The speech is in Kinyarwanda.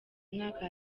mwaka